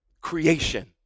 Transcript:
creation